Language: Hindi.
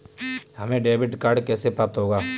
हमें डेबिट कार्ड कैसे प्राप्त होगा?